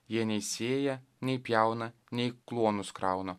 jie nei sėja nei pjauna nei kluonus krauna